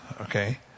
okay